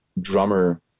drummer